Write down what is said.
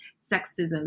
sexism